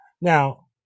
Now